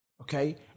okay